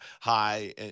high